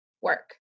work